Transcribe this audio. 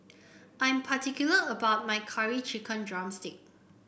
I'm particular about my Curry Chicken drumstick